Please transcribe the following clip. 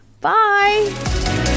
Bye